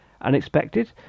Unexpected